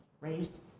race